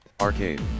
arcade